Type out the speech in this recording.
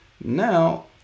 now